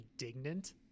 indignant